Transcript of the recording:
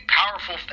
powerful